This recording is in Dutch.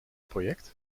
project